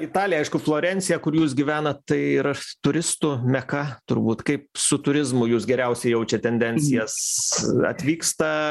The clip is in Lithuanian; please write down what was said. italija aišku florencija kur jūs gyvenat tai yra turistų meka turbūt kaip su turizmu jūs geriausiai jaučiat tendencijas atvyksta